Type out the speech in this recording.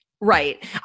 Right